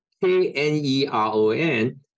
K-N-E-R-O-N